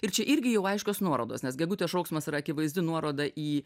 ir čia irgi jau aiškios nuorodos nes gegutės šauksmas yra akivaizdi nuoroda į